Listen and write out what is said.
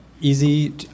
easy